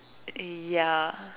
ya